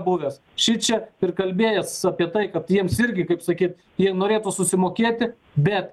buvęs šičia ir kalbėjęs apie tai kad jiems irgi kaip sakyt jie norėtų susimokėti bet